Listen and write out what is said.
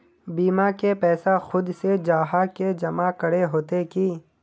बीमा के पैसा खुद से जाहा के जमा करे होते की?